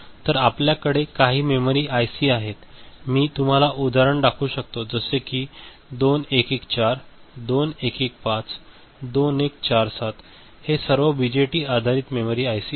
तर आपल्याकडे काही मेमरी आयसी आहे मी तुम्हाला उदाहरणे दाखवू शकतो जसे की 2114 2115 2147 ही सर्व बीजेटी आधारित मेमरी आयसी आहेत